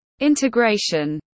Integration